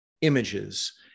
images